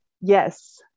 yes